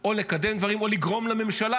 או לקדם דברים או לגרום לממשלה,